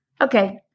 Okay